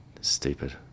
stupid